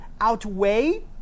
outweigh